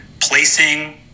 placing